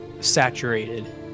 saturated